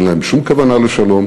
אין להם שום כוונה לשלום,